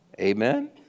Amen